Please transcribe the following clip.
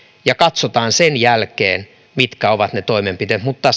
ja katsotaan sen jälkeen mitkä ovat ne toimenpiteet mutta